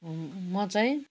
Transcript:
म चाहिँ